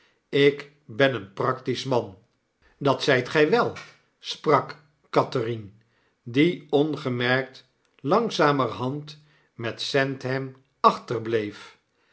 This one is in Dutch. ik gekkenwerk ik beneenpractisch man dat zgt gq wel i sprak catherine die ongemerkt langzamerhand met sandham